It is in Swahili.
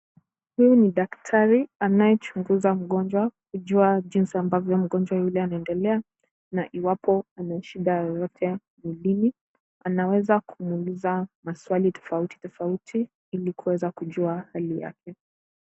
Huyu ni daktari anayechunguza mgonjwa kujua jinsi ambavyo mgonjwa yule anaendelea na iwapo ana shida yeyote ya ulimi, anawaza kumwuliza maswali tofauti tofauti ili kuweza kujua hali yake.